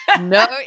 no